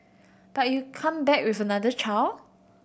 but you come back with another child